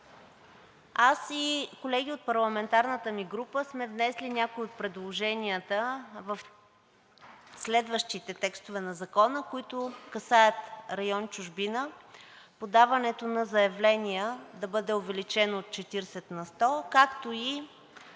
аз и колеги от парламентарната ни група сме внесли някои от предложенията в следващите текстове на Закона, които касаят район „Чужбина“ – подаването на заявления да бъде увеличено от 40 на 100, както и